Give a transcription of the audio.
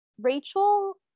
Rachel